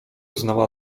znała